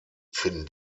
finden